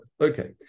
Okay